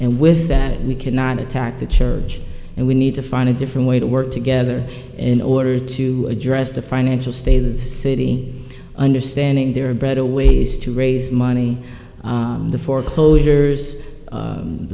and with that we cannot attack the church and we need to find a different way to work together in order to address the financial state of the city understanding there are better ways to raise money the foreclosures